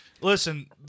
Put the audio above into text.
Listen